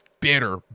bitter